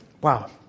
Wow